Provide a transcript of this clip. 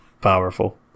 powerful